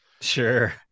Sure